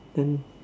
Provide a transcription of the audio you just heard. then